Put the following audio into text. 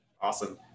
Awesome